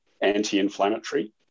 anti-inflammatory